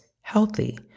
healthy